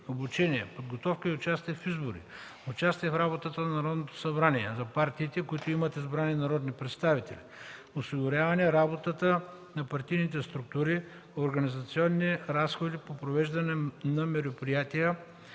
обучения, подготовка и участие в избори, участие в работата на Народното събрание – за партиите, които имат избрани народни представители, осигуряване работата на партийните структури, организационни разходи по провеждане на мероприятия